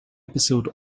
episode